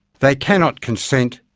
they cannot consent.